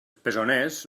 presoners